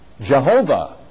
Jehovah